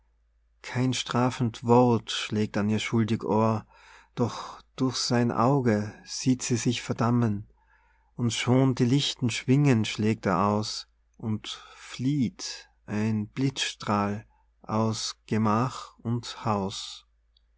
kein strafend wort schlägt an ihr schuldig ohr doch durch sein auge sieht sie sich verdammen und schon die lichten schwingen schlägt er aus und flieht ein blitzstrahl aus gemach und haus